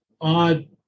odd